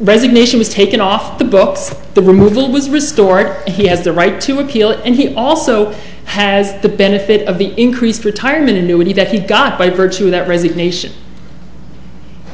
resignation was taken off the books the removal was restored and he has the right to appeal and he also has the benefit of the increased retirement annuity that he got by virtue of that resignation